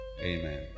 Amen